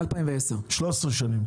מ- 2010. 13 שנים,